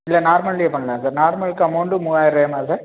இல்லை நார்மல்லயே பண்ணலாம் சார் நார்மல்க்கு அமௌன்ட்டு மூவாயர்ரூவாயுகுமா சார்